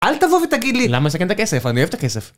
אל תבוא ותגיד לי למה לסכן את הכסף, אני אוהב את הכסף